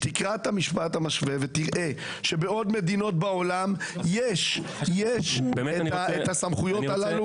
תקרא את המשפט המשווה ותראה שבעוד מדינות בעולם יש את הסמכויות הללו.